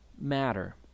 matter